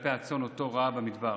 וכלפי הצאן שהוא רעה במדבר.